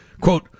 Quote